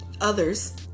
others